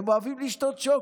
הם אוהבים לשתות שוקו,